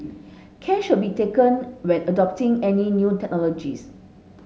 care should be taken when adopting any new technologies